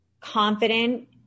confident